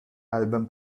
album